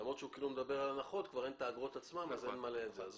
ולמרות שהיא כאילו מדברת על הנחות אז אין כבר את האגרות עצמן.